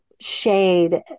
shade